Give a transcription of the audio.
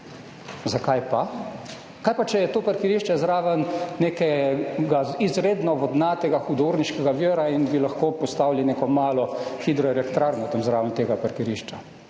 Zakaj pa? Kaj pa, če je to parkirišče zraven nekega izredno vodnatega hudourniškega vira in bi lahko postavili neko malo hidroelektrarno tam zraven tega parkirišča?